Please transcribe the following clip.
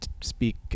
speak